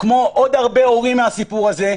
כמו עוד הרבה הורים בסיפור הזה.